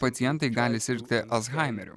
kurie pacientai gali sirgti alzhaimeriu